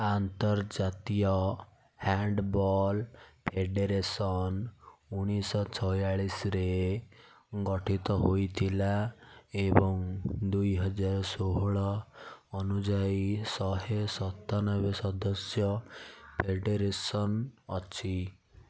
ଆନ୍ତର୍ଜାତୀୟ ହ୍ୟାଣ୍ଡବଲ୍ ଫେଡ଼େରେସନ୍ରେ ଉଣେଇଶ ଶହ ଛାୟାଳିଶରେ ଗଠିତ ହୋଇଥିଲା ଏବଂ ଦୁଇହଜାର ଷୋହଳ ଅନୁଯାୟୀ ଶହେ ସତାନାବେ ସଦସ୍ୟ ଫେଡ଼େରେସନ୍ ଅଛି